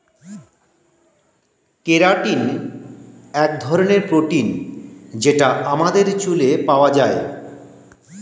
keratin এক ধরনের protein যেটা আমাদের চুলে পাওয়া যায়